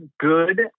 good